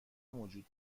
موجود